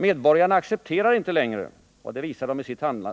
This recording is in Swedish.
Medborgarna accepterar inte längre — och det visar de i